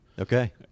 Okay